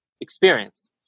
experience